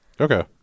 Okay